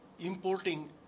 importing